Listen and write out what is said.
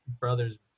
Brothers